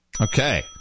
Okay